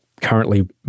currently